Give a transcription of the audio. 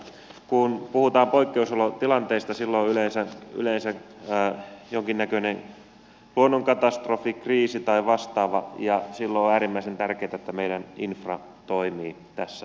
kun puhutaan poikkeusolotilanteista silloin on yleensä jonkinnäköinen luonnonkatastrofi kriisi tai vastaava ja silloin on äärimmäisen tärkeätä että meidän infra toimii tässä maassa